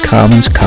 Commons